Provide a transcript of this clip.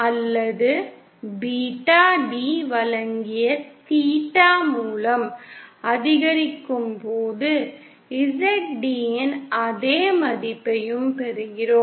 அல்லது beta d வழங்கிய theta மூலம் அதிகரிக்கும்போது Zd இன் அதே மதிப்பையும் பெறுகிறோம்